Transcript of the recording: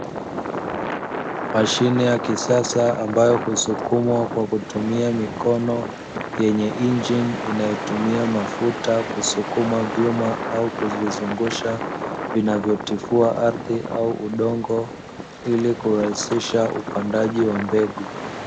Mashine ya kisasa ambayo husukumwa kwa kutumia mikono, yenye injini inayotumia mafuta kusukuma vyuma au kuvizungusha, vinavyotifua ardhi au udongo, ili kurahisisha upandaji wa mbegu.